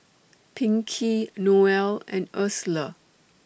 Pinkey Noelle and Ursula